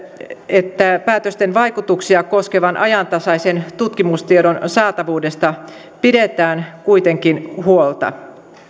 että päätösten vaikutuksia koskevan ajantasaisen tutkimustiedon saatavuudesta pidetään kuitenkin huolta